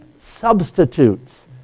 substitutes